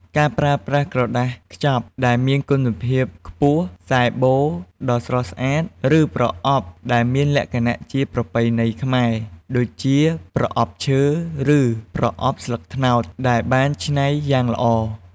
ការប្រើប្រាស់ក្រដាសខ្ចប់ដែលមានគុណភាពខ្ពស់ ខ្សែបូដ៏ស្រស់ស្អាត ឬប្រអប់ដែលមានលក្ខណៈជាប្រពៃណីខ្មែរ (ដូចជាប្រអប់ឈើ ឬប្រអប់ស្លឹកត្នោតដែលបានច្នៃយ៉ាងល្អ)។